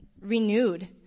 renewed